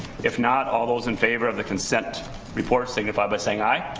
if not all those in favor of the consent report signify by saying i.